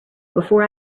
before